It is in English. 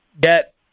get